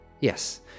yes